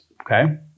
okay